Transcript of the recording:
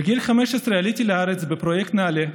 בגיל 15 עליתי לארץ בפרויקט נעל"ה,